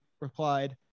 replied